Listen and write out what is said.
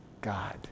God